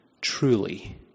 truly